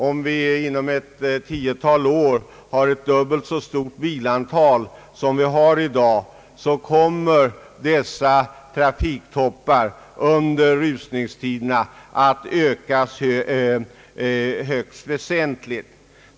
Om det inom ett tiotal år finns ett dubbelt så stort antal bilar som i dag, kommer dessa trafiktoppar under rusningstiderna att ökas högst väsentligt.